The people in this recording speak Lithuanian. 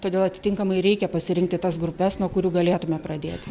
todėl atitinkamai reikia pasirinkti tas grupes nuo kurių galėtume pradėti